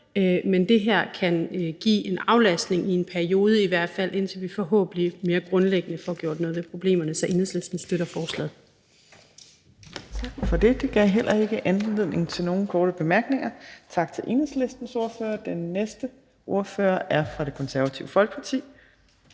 kan i hvert fald give en aflastning i en periode, indtil vi forhåbentlig mere grundlæggende får gjort noget ved problemerne. Så Enhedslisten støtter forslaget. Kl. 18:10 Fjerde næstformand (Trine Torp): Tak for det. Det gav heller ikke anledning til nogen korte bemærkninger. Tak til Enhedslistens ordfører. Den næste ordfører er fra Det Konservative Folkeparti.